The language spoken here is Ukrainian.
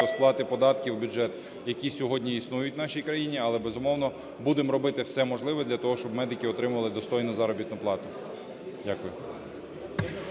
зі сплати податків в бюджет, які сьогодні існують в нашій країні. Але, безумовно, будемо робити все можливе для того, щоб медики отримували достойну заробітну плату. Дякую.